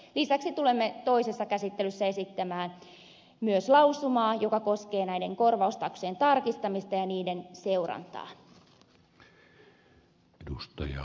lisäksi tulemme toisessa käsittelyssä esittämään myös lausumaa joka koskee näiden korvaustaksojen tarkistamista ja niiden seurantaa